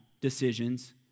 decisions